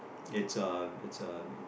it's a it's a